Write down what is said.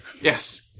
Yes